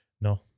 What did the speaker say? No